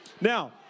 Now